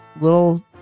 little